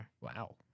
Wow